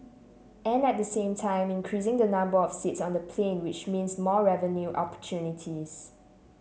and at the same time increasing the number of seats on the plane which means more revenue opportunities